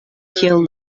kiel